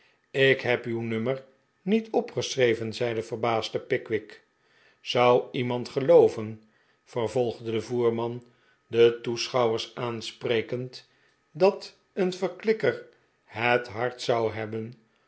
ik heb uw nummer niet opgeschreven zei de verbaasde pickwick zou iemand gelooven vervolgde de voerman de toeschouwers aansprekend dat een verklikker het hart zou hebben